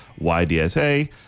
YDSA